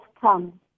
come